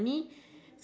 what